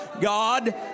God